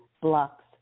blocks